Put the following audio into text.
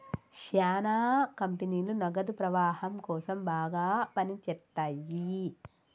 శ్యానా కంపెనీలు నగదు ప్రవాహం కోసం బాగా పని చేత్తయ్యి